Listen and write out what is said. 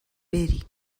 بری